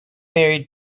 married